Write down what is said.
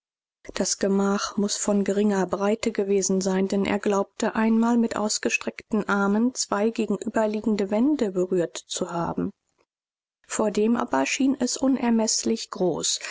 das gemach muß von geringer breite gewesen sein denn er glaubte einmal mit ausgestreckten armen zwei gegenüber liegende wände berührt zu haben vordem aber schien es unermeßlich groß